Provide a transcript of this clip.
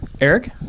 Eric